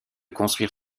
construire